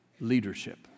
leadership